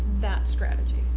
that strategy.